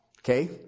okay